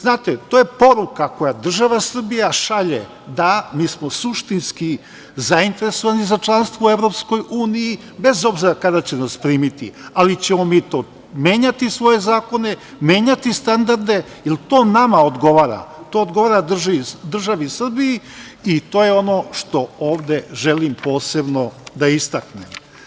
Znate, to je poruka koju država Srbija šalje – da mi smo suštinski zainteresovani za članstvo u EU bez obzira kada će nas primiti, ali ćemo mi menjati svoje zakone, menjati standarde jer to nama odgovara, to odgovara državi Srbiji i to je ono što ovde želim posebno da istaknem.